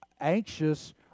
anxious